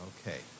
Okay